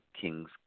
Kings